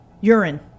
Urine